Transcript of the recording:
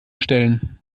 stellen